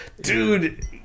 dude